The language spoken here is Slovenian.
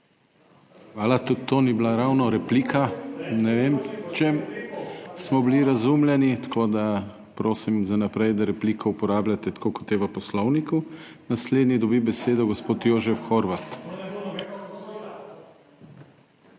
Hvala. Tudi to ni bila ravno replika, ne vem, če smo bili razumljeni, tako da prosim za naprej, da repliko uporabljate, tako kot je v Poslovniku. Naslednji dobi besedo gospod Jožef Horvat,